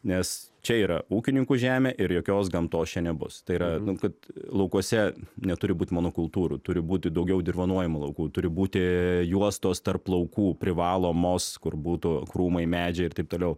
nes čia yra ūkininkų žemė ir jokios gamtos čia nebus tai yra nu kad laukuose neturi būt monokultūrų turi būti daugiau dirvonuojamų laukų turi būti juostos tarp laukų privalomos kur būtų krūmai medžiai ir taip toliau